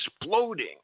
exploding